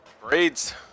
braids